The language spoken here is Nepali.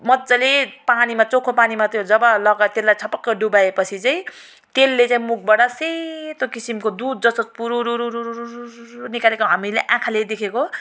मजाले पानीमा चोखो पानीमा त्यो जब लगा त्यसलाई छपक्कै डुबाए पछि चाहिँ त्यसले चाहिँ मुखबाट सेतो किसिमको दुध जस्तो पुरुरुरुरुरुरु निकालेको हामीले आँखाले देखेको